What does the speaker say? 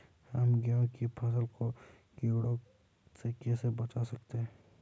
हम गेहूँ की फसल को कीड़ों से कैसे बचा सकते हैं?